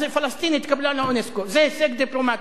אז פלסטין התקבלה לאונסק"ו, זה הישג דיפלומטי.